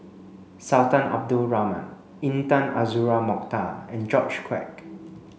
Sultan Abdul Rahman Intan Azura Mokhtar and George Quek